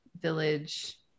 village